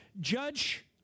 judge